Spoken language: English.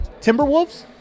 Timberwolves